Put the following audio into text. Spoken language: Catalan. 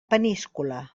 peníscola